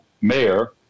mayor